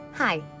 Hi